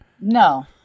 No